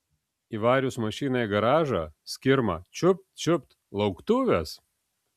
įvarius mašiną į garažą skirma čiupt čiupt lauktuvės